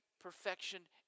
perfection